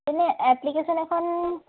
এই এপ্লিকেশ্যন এখন